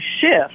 shift